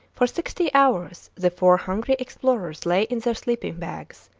for sixty hours the four hungry explorers lay in their sleeping-bags,